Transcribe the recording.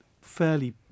fairly